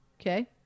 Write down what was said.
Okay